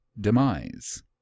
demise